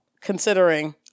considering